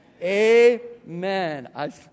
Amen